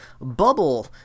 bubble